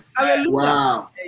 Wow